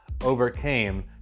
overcame